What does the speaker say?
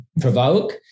provoke